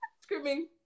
screaming